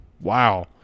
wow